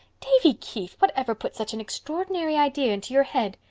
davy keith, whatever put such an extraordinary idea into your head?